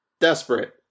Desperate